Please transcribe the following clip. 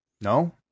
No